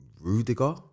Rudiger